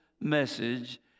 message